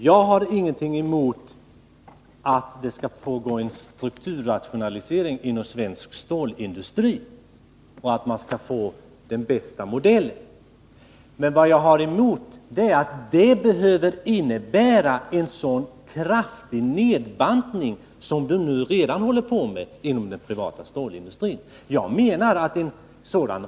Jag har ingenting emot en strukturrationalisering inom svensk stålindustri eller att man får den bästa modellen. Däremot är jag emot att det behöver innebära en sådan kraftig nedbantning som den som redan pågår inom den privata stålindustrin.